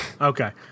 okay